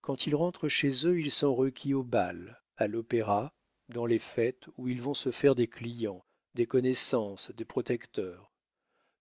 quand ils rentrent chez eux ils sont requis d'aller au bal à l'opéra dans les fêtes où ils vont se faire des clients des connaissances des protecteurs